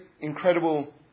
incredible